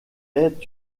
est